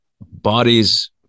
bodies